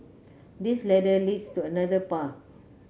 this ladder leads to another path